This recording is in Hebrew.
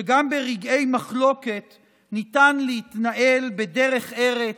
שגם ברגעי מחלוקת ניתן להתנהל בדרך ארץ,